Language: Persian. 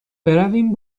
برویم